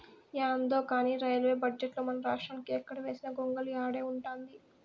యాందో కానీ రైల్వే బడ్జెటుల మనరాష్ట్రానికి ఎక్కడ వేసిన గొంగలి ఆడే ఉండాది